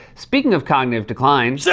speaking of cognitive decline. yeah